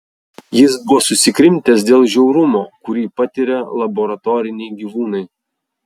jis buvo susikrimtęs dėl žiaurumo kurį patiria laboratoriniai gyvūnai